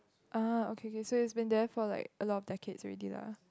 ah okay okay so it's been there for like a lot of decades already lah